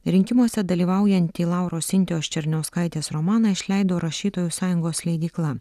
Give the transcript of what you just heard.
rinkimuose dalyvaujantį lauros sintijos černiauskaitės romaną išleido rašytojų sąjungos leidykla